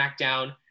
SmackDown